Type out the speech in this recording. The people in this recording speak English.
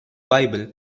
bible